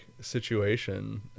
situation